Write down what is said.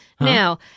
Now